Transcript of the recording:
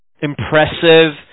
impressive